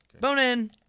Bone-in